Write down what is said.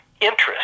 interest